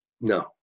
No